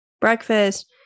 breakfast